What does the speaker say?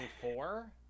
four